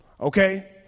Okay